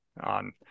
on